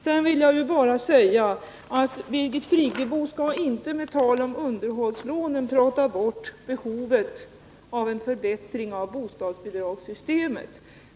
Sedan vill jag bara säga att Birgit Friggebo inte med sitt tal om underhållslånen skall försöka prata bort behovet av en förbättring av bostadsbidragssystemet.